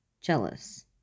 Jealous